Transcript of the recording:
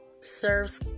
serves